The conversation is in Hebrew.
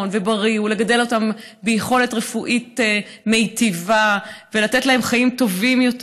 ובריא ולגדל אותם ביכולת רפואית מיטיבה ולתת להם חיים טובים יותר,